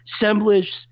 assemblage